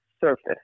surface